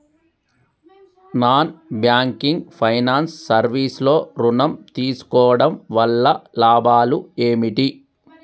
Non banking finance service లో ఋణం తీసుకోవడం వల్ల లాభాలు ఏమిటి?